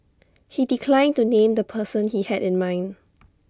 he declined to name the person he had in mind